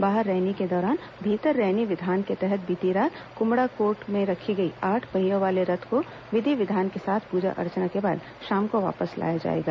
बाहर रैनी के दौरान भीतर रैनी विधान के तहत बीती रात कुम्हड़ाकोट में रखी गई आठ पहिया वाले रथ विधान के साथ पूजा अर्चना के बाद शाम को वापस लाया जाएगा